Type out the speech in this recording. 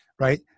right